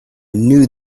knew